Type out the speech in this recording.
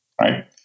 right